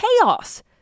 chaos